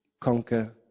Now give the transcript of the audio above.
conquer